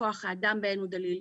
שכוח האדם בהן הוא דליל,